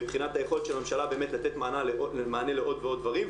מבחינת היכולת של הממשלה לתת מענה לעוד דברים.